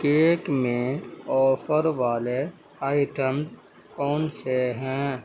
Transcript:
cake میں offer والے items کون سے ہیں